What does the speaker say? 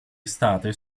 estate